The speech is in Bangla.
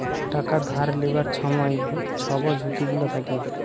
টাকা ধার লিবার ছময় ছব ঝুঁকি গুলা থ্যাকে